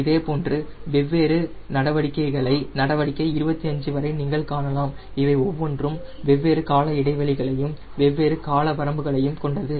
இதேபோன்று வெவ்வேறு நடவடிக்கைகளை நடவடிக்கை 25 வரை நீங்கள் காணலாம் இவை ஒவ்வொன்றும் வெவ்வேறு கால இடைவெளிகளையும் வெவ்வேறு கால வரம்புகளையும் கொண்டது